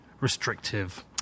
restrictive